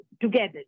together